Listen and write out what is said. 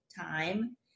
time